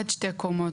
עד שתי קומות.